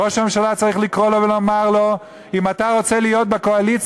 ראש הממשלה צריך לקרוא לו ולומר לו: אם אתה רוצה להיות בקואליציה,